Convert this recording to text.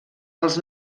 els